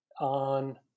on